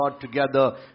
together